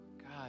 God